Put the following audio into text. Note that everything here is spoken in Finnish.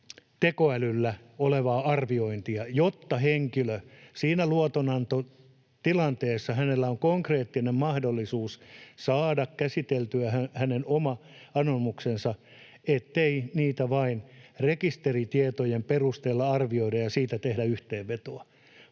tekoälyllä olevaa arviointia, jotta henkilöllä siinä luotonantotilanteessa on konkreettinen mahdollisuus saada käsiteltyä hänen oma anomuksensa, ettei niitä vain rekisteritietojen perusteella arvioida ja siitä tehdä yhteenvetoa,